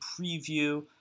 preview